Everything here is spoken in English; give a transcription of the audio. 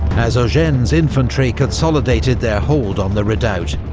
as eugene's infantry consolidated their hold on the redoubt,